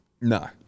No